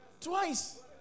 twice